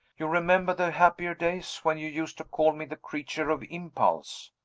you remember the happier days when you used to call me the creature of impulse?